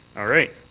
all right.